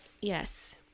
Yes